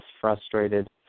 frustrated